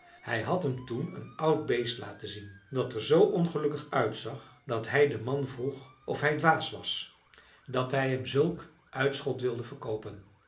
hij had hem toen een oud beest laten zien dat er zoo ongelukkig uitzag dat hij den man vroeg of hij dwaas was dat hij hem zulk uitschot wilde verkoopen